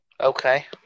Okay